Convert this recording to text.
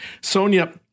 Sonia